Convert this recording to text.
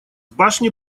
башни